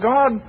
God